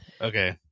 Okay